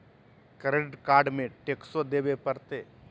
Credit card में टेक्सो देवे परते?